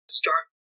start